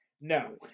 No